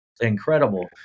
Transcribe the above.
incredible